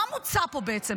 מה מוצע פה בעצם?